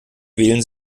wählen